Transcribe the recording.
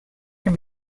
can